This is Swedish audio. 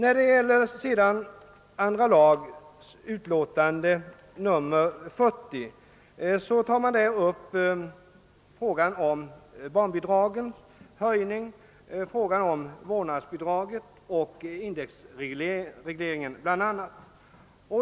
I andra lagutskottets utlåtande nr 40 behandlas bl.a. frågan om höjningen av barnbidragen och vårdnadsbidraget samt indexregleringen.